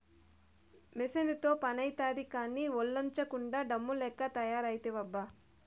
మెసీనుతో పనైతాది కానీ, ఒల్లోంచకుండా డమ్ము లెక్క తయారైతివబ్బా